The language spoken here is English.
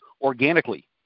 organically